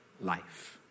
life